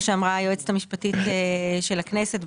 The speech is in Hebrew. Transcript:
היועצת המשפטית של הכנסת,